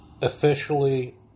officially